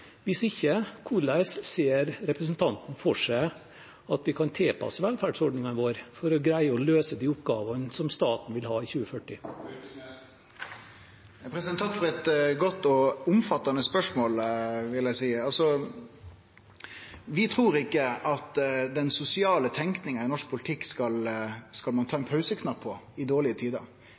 Hvis ikke – hvordan ser representanten for seg at vi kan tilpasse velferdsordningene våre for å greie å løse de oppgavene som staten vil ha i 2040? Takk for eit godt og omfattande spørsmål, vil eg seie. Vi trur ikkje at det er den sosiale tenkinga i norsk politikk ein skal bruke pauseknappen på i dårlege tider.